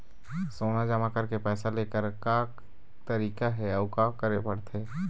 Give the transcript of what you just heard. सोना जमा करके पैसा लेकर का तरीका हे अउ का करे पड़थे?